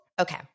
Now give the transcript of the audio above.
Okay